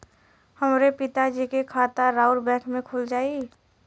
हमरे पिता जी के खाता राउर बैंक में खुल जाई?